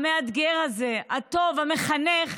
המאתגר הזה, הטוב, המחנך,